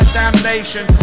damnation